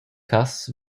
cass